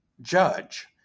judge